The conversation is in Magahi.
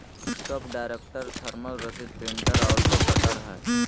डेस्कटॉप डायरेक्ट थर्मल रसीद प्रिंटर ऑटो कटर हइ